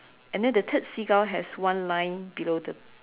and then the third seagull has one line below the